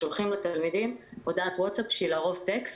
שולחים לתלמידים הודעת וואטסאפ שהיא לרוב טקסט.